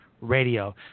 Radio